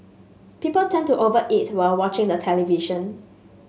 people tend to over eat while watching the television